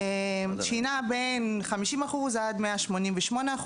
שנעה בין 50% עד 188%,